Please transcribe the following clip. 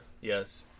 Yes